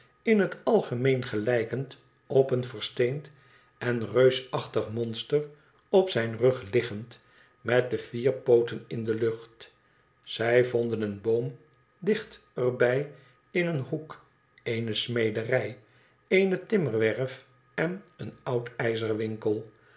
in het algemeen gelijkend op een versteend en reusachtig monster op zijn rug liggende met de vier pooten in de lucht zij vonden een boom dicht er bij in een hoek eene smederij eene timmerwerf en een